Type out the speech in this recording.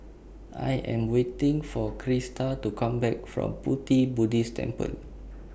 I Am waiting For Krista to Come Back from Pu Ti Buddhist Temple